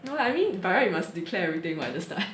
no lah I mean by right you must declare everything [what] at the start